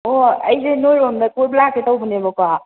ꯑꯣ ꯑꯩꯁꯦ ꯅꯣꯏꯔꯣꯝꯗ ꯀꯣꯏꯕ ꯂꯥꯛꯀꯦ ꯇꯧꯕꯅꯦꯕꯀꯣ